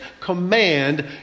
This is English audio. command